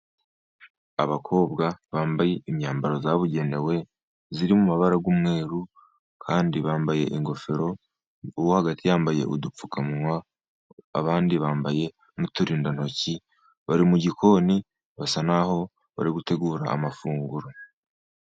Abakobwa bambaye imyambaro yabugenewe, iri mu mabara y'umweru, kandi bambaye ingofero, uwo hagati yambaye udupfukamunwa, abandi bambaye nt'uturindantoki, bari mu gikoni basa naho bari gutegura amafunguro.